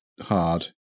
hard